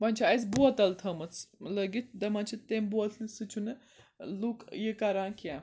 وۄنۍ چھِ اَسہِ بوتَل تھٲمٕژ لٲگِتھ تِمَن چھِ تمہِ بوتلہِ سۭتۍ چھُ نہٕ لُکھ یہِ کَران کینٛہہ